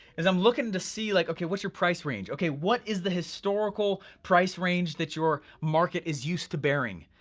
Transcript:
is i'm looking to see like, okay, what's your price range? okay, what is the historical price range that your market is used to bearing.